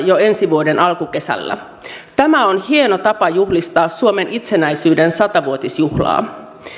jo ensi vuoden alkukesällä tämä on hieno tapa juhlistaa suomen itsenäisyyden sata vuotisjuhlaa